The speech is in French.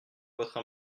votre